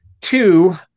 two